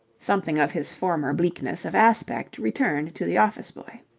something of his former bleakness of aspect returned to the office-boy.